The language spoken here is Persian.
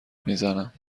میزنم